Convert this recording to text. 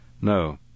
No